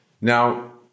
Now